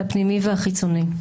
הפנימי והחיצוני.